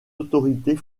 autorités